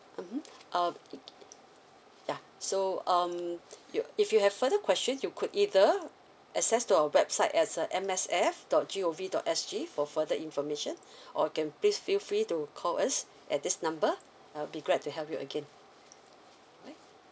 mmhmm uh yeah so um you if you have further questions you could either access to our website as a M S F dot g o v dot s g for further information or can please feel free to call us at this number I'll be glad to help you again right